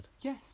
Yes